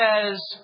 says